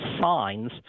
signs